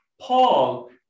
Paul